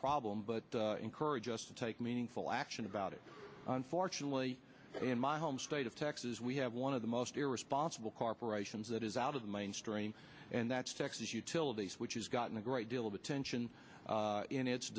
problem but encourage us to take meaningful action about it unfortunately in my home state of texas we have one of the most irresponsible corporations that is out of the mainstream and that's texas utilities which has gotten a great deal of attention in its